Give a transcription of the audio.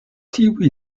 tiuj